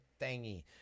thingy